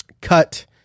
cut